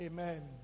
Amen